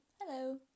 Hello